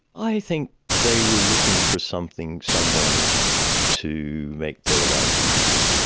i think they were looking for something, someone to make their life easier.